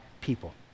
people